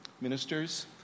ministers